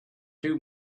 two